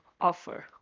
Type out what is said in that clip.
offer